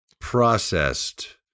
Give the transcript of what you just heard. processed